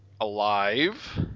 alive